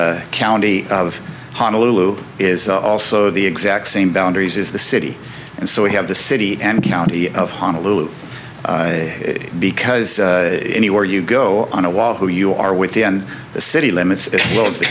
the county of honolulu is also the exact same boundaries is the city and so we have the city and county of honolulu because anywhere you go on a while who you are within the city limits